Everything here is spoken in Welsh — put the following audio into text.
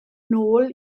nôl